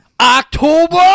October